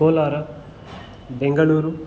Kolar Bengaluru